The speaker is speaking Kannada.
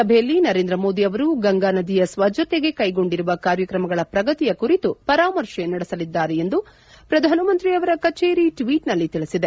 ಸಭೆಯಲ್ಲಿ ನರೇಂದ್ರ ಮೋದಿ ಅವರು ಗಂಗಾ ನದಿಯ ಸ್ವಜ್ಞತೆಗೆ ಕೈಗೊಂಡಿರುವ ಕಾರ್ಯಕ್ರಮಗಳ ಪ್ರಗತಿಯ ಕುರಿತು ಪರಾಮರ್ಶೆ ನಡೆಸಲಿದ್ದಾರೆ ಎಂದು ಪ್ರಧಾನಮಂತ್ರಿಯವರ ಕಚೇರಿ ಟ್ವೀಟ್ನಲ್ಲಿ ತಿಳಿಸಿದೆ